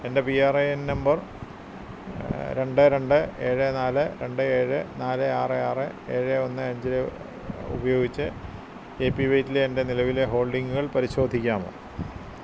എൻ്റെ P R A N number രണ്ട് രണ്ട് ഏഴ് നാല് രണ്ട് ഏഴ് നാല് ആറ് ആറ് ഏഴ് ഒന്ന് അഞ്ചിൽ ഉപയോഗിച്ച് എ പി വൈ റ്റിലെ എൻ്റെ നിലവിലെ ഹോൾഡിംഗുകൾ പരിശോധിക്കാമോ